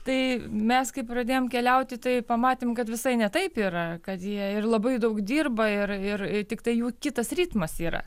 tai mes kai pradėjom keliauti tai pamatėm kad visai ne taip yra kad jie ir labai daug dirba ir ir tiktai jų kitas ritmas yra